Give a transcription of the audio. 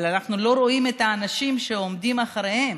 אבל אנחנו לא רואים את האנשים שעומדים מאחוריהם.